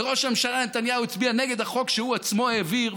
וראש הממשלה נתניהו הצביע נגד החוק שהוא עצמו העביר,